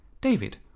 David